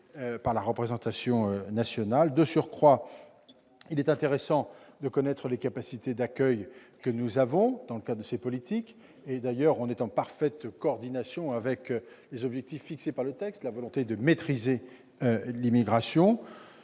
par la représentation nationale. De surcroît, il est intéressant de connaître les capacités d'accueil que nous pouvons proposer dans le cadre de ces politiques. À cet égard, nous sommes en parfaite coordination avec l'objectif fixé par le texte, à savoir la maîtrise de l'immigration.